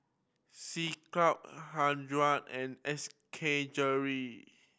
C Cube and S K Jewellery